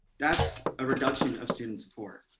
that's a reduction of student support.